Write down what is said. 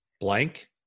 Blank